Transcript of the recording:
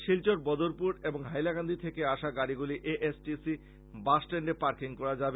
শিলচর বদরপুর এবং হাইলাকান্দি থেকে আসা গাড়িগুলি এ এস টি সি বাসস্টেন্ডে পার্কিং করা যাবে